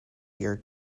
year